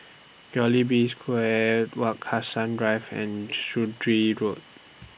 Square Wak Hassan Drive and Sturdee Road